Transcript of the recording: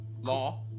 Law